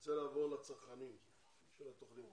אני רוצה לעבור לצרכנים של התוכניות,